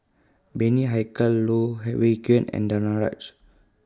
Bani Haykal Loh Wai Kiew and Danaraj